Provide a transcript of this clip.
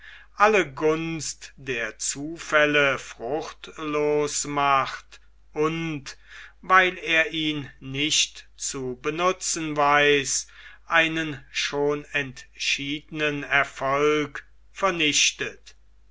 alle gunst der zufälle fruchtlos macht und weil er ihn nicht zu benutzen weiß einen schon entschiedenen erfolg vernichtet